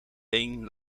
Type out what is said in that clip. een